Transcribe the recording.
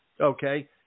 okay